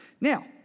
Now